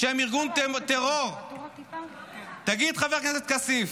שהם ארגון טרור, תגיד, חבר כנסת כסיף,